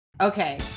okay